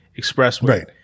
Expressway